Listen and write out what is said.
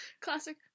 Classic